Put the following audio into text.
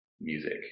music